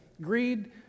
Greed